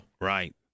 Right